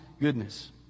goodness